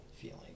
feeling